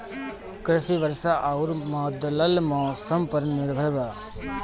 कृषि वर्षा आउर बदलत मौसम पर निर्भर बा